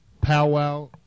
powwow